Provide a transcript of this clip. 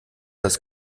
das